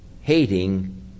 hating